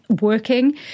working